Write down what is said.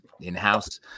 in-house